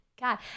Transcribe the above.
God